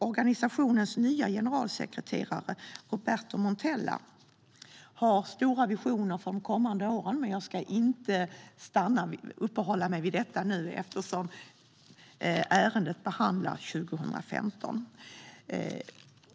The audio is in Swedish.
Den nya generalsekreteraren Roberto Montella har stora visioner för de kommande åren, men jag ska inte uppehålla mig vid dessa eftersom ärendet behandlar 2015 års verksamhet.